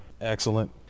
Excellent